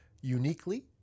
uniquely